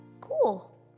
Cool